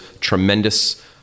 tremendous